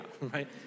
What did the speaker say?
right